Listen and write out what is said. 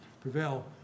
prevail